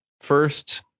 first